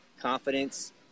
confidence